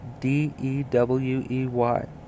d-e-w-e-y